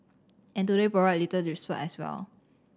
and today provided little respite as well